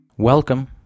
Welcome